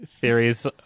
theories